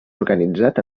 organitzat